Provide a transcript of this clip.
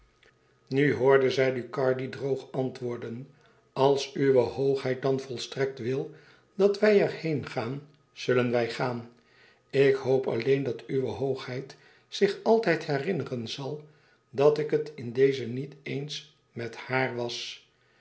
nu hoorde zij ducardi droog antwoorden als uwe hoogheid dan volstrekt wil dat wij er heen gaan zullen wij gaan ik hoop alleen dat uwe hoogheid zich altijd herinneren zal dat ik het in dezen niet eens met haar was